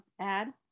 add